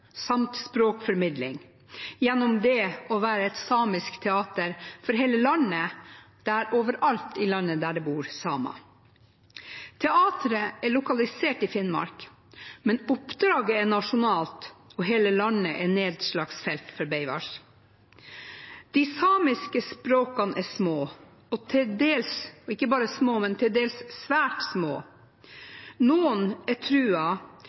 samt språkformidling gjennom å være et samisk teater for hele landet, overalt i landet der det bor samer. Teateret er lokalisert i Finnmark, men oppdraget er nasjonalt, og hele landet er nedslagsfelt for Beaivváš. De samiske språkene er små – og ikke bare små, men til dels svært små. Noen er